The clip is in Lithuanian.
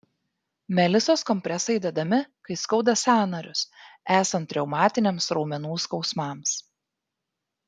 melisos kompresai dedami kai skauda sąnarius esant reumatiniams raumenų skausmams